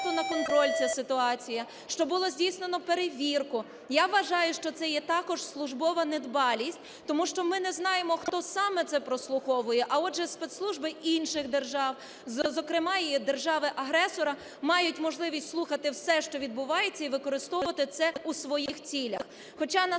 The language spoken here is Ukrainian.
на контроль ця ситуація, що було здійснено перевірку? Я вважаю, що це є також службова недбалість, тому що ми не знаємо, хто саме це прослуховує, а отже спецслужби інших держав, зокрема і держави-агресора мають можливість слухати все, що відбувається, і використовувати це у своїх цілях. Хоча